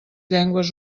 llengües